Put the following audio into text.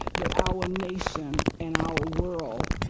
that our nations, and our worlds,